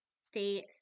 Stay